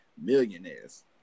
millionaires